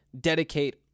dedicate